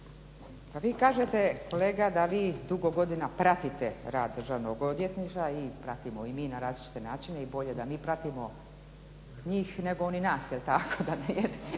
vi kažete kolega da vi dugo godina pratite rad Državnog odvjetništva, pratimo i mi na različite načine. I bolje da mi pratimo njih nego oni nas. Jel' tako? Da nije